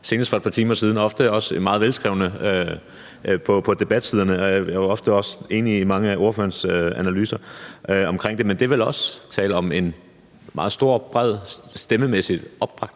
senest for et par timer siden. Ofte er det i form af meget velskrevne indlæg på debatsiderne, og ofte er jeg også enig i mange af ordførerens analyser af det. Men der er vel også tale om en meget stor og bred stemmemæssig opbakning